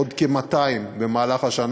עוד כ-200 במהלך השנה.